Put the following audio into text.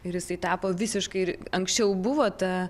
ir jisai tapo visiškai anksčiau buvo ta